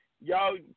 y'all